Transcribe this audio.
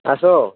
ଆସ